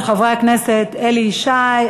של חברי הכנסת אלי ישי,